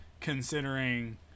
considering